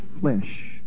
flesh